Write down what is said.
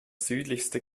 südlichste